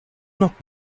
not